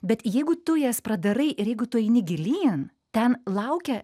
bet jeigu tu jas pradarai ir jeigu tu eini gilyn ten laukia